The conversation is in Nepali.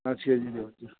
पाँच केजीले हुन्छ